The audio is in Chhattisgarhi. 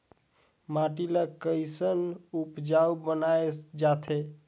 माटी ला कैसन उपजाऊ बनाय जाथे?